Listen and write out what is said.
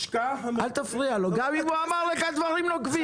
אל תפריע לו גם אם הוא אמר לך דברים נוקבים.